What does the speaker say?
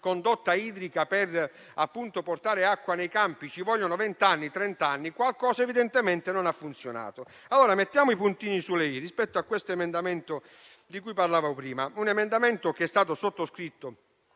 condotta idrica per portare acqua nei campi - ci vogliono venti-trent'anni, qualcosa evidentemente non ha funzionato. Mettiamo i puntini sulle "i" rispetto all'emendamento di cui parlavo prima. Un emendamento sottoscritto